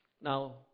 Now